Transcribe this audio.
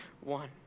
one